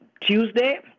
Tuesday